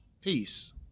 peace